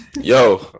Yo